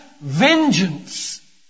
vengeance